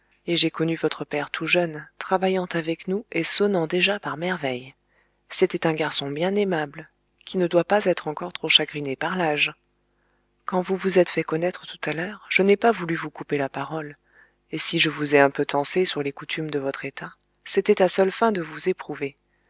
et j'ai connu votre père tout jeune travaillant avec nous et sonnant déjà par merveille c'était un garçon bien aimable qui ne doit pas être encore trop chagriné par l'âge quand vous vous êtes fait connaître tout à l'heure je n'ai pas voulu vous couper la parole et si je vous ai un peu tancé sur les coutumes de votre état c'était à seules fins de vous éprouver